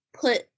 put